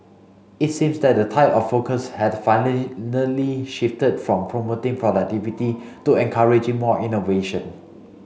it seems that the tide of focus has shifted from promoting productivity to encouraging more innovation